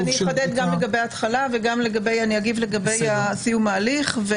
אחדד גם לגבי ההתחלה, וגם אגיב לגבי סיום ההליך.